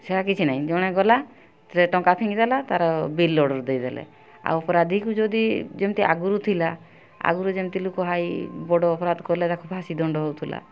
ସେରା କିଛି ନାହିଁ ଜଣେ ଗଲା ସେ ଟଙ୍କା ଫିଙ୍ଗିଦେଲା ତାର ବେଲ୍ ଅର୍ଡ଼ର୍ ଦେଇଦେଲେ ଆଉ ଅପରାଧୀକୁ ଯଦି ଯେମିତି ଆଗରୁ ଥିଲା ଆଗରୁ ଯେମିତି ଲୋକ ହାଇ ବଡ଼ ଅପରାଧ କଲେ ତାକୁ ଫାଶୀ ଦଣ୍ଡ ହେଉଥିଲା